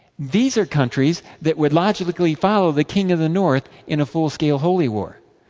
these are countries that would logically follow the king of the north in a full-scale holy war.